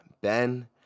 ben